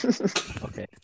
Okay